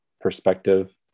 perspective